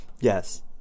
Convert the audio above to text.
Yes